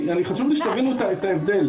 חשוב לי שתבינו את ההבדל.